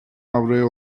avroya